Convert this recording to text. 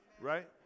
Right